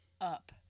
up